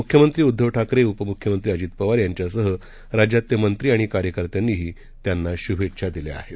मुख्यमंत्रीउद्धवठाकरे उपमुख्यमंत्रीअजितपवारयांच्यासहराज्यातलेमंत्रीआणिकार्यकर्त्यांनीदेखीलत्यांनाशुभेच्छादिल्याआहेत